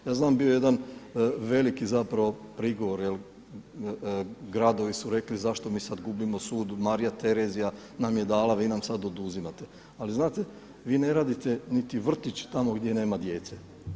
Ja znam bio je jedan veliki prigovor jer gradovi su rekli zašto mi sada gubimo sud, Marija Terezija nam je dala vi nam sada oduzimate, ali znate vi ne radite niti vrtić tamo gdje nema djece.